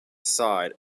side